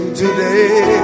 today